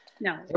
no